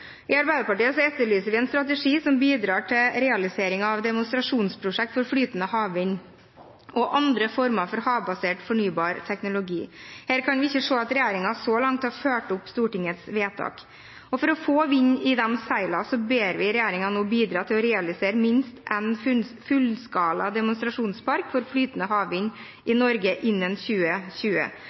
I Arbeiderpartiet etterlyser vi en strategi som bidrar til realiseringen av demonstrasjonsprosjekter for flytende havvind og andre former for havbasert fornybar teknologi. Her kan vi ikke se at regjeringen så langt har fulgt opp Stortingets vedtak, og for å få vind i de seilene ber vi regjeringen nå bidra til å realisere minst én fullskala demonstrasjonspark for flytende havvind i Norge innen 2020.